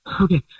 Okay